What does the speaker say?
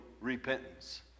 repentance